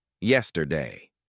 yesterday